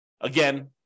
Again